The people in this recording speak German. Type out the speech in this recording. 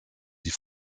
die